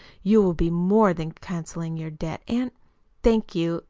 you will be more than cancelling your debt, and thank you,